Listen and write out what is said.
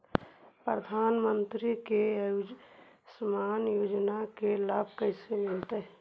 प्रधानमंत्री के आयुषमान योजना के लाभ कैसे मिलतै?